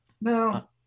Now